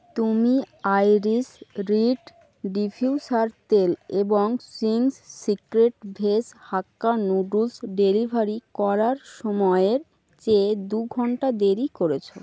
তুমি Irish reed diffuser তেল এবং Ching's Secret veg hakka noodles delivery করার সময়ের চেয়ে দু ঘন্টা দেরি করেছ